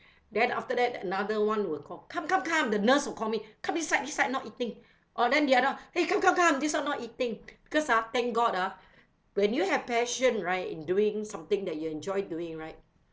then after that another [one] will call come come come the nurse will call me come this side this side not eating or then the other [one] !hey! come come come this [one] not eating because ah thank god ah when you have passion right in doing something that you enjoy doing right